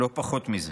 לא פחות מזה.